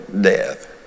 death